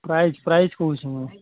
price price କହୁଛି ମୁଁ